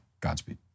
Godspeed